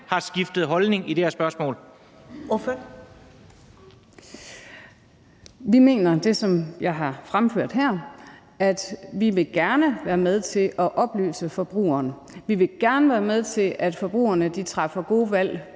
Mette Hjermind Dencker (DF): Vi mener det, som jeg har fremført her, nemlig at vi gerne vil være med til at oplyse forbrugeren. Vi vil gerne være med til, at forbrugerne træffer gode valg